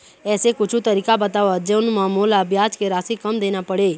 ऐसे कुछू तरीका बताव जोन म मोला ब्याज के राशि कम देना पड़े?